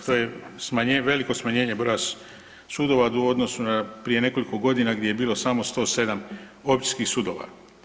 To je veliko smanjenje broja sudova u odnosu na prije nekoliko godina gdje je bilo samo 107 općinskih sudova.